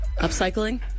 upcycling